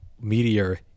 meteor